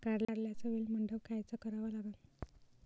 कारल्याचा वेल मंडप कायचा करावा लागन?